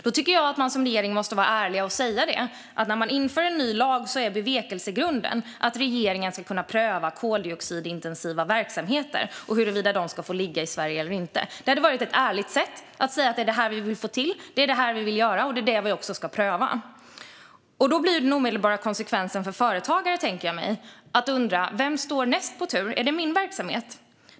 Jag tycker att en regering ska vara ärlig och säga att när man inför en ny lag är bevekelsegrunden att regeringen ska kunna pröva koldioxidintensiva verksamheter och huruvida de ska få ligga i Sverige eller inte. Det hade varit ett ärligt sätt att säga att det är det här regeringen vill göra och det är det som ska prövas. Då blir den omedelbara konsekvensen för företagare, tänker jag mig, att undra vem som står näst på tur. Är det min verksamhet?